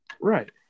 Right